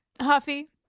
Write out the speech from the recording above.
huffy